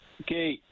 okay